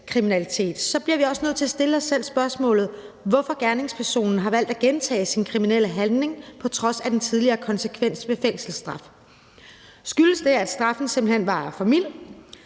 bliver vi også nødt til at stille os selv spørgsmålet, hvorfor gerningspersonen har valgt at gentage sin kriminelle handling på trods af den tidligere konsekvens ved fængselsstraf. Skyldes det, at straffen simpelt hen var for mild?